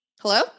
Hello